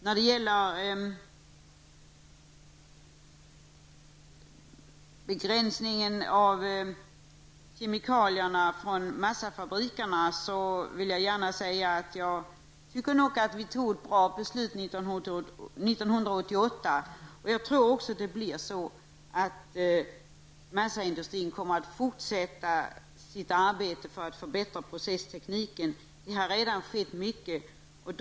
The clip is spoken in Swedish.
Vad gäller frågan om massafabrikernas begränsning av kemikalieanvändning, tycker jag att vi fattade ett bra beslut 1988. Jag tror också att massaindustrin kommer att fortsätta sitt arbete med att förbättra processtekniken. Det har redan skett mycket på det området.